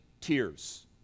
tears